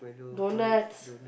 donuts